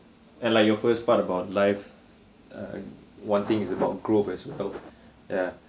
and like your first part about life uh one thing is about growth as well ya